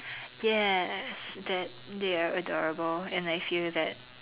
yes that they are adorable and I feel that